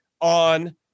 on